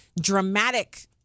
dramatic